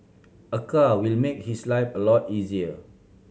a car will make his life a lot easier